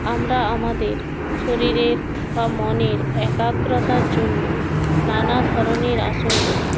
আমরা আমাদের শরীরে বা মনের একাগ্রতার জন্য নানা ধরনের আসন করি